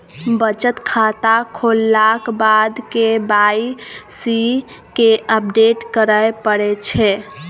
बचत खाता खोललाक बाद के वाइ सी केँ अपडेट करय परै छै